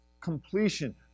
completion